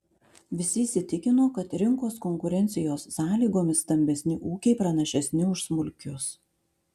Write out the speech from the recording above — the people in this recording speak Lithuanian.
visi įsitikino kad rinkos konkurencijos sąlygomis stambesni ūkiai pranašesni už smulkius